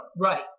Right